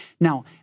Now